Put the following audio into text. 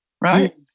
right